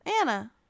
Anna